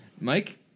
Mike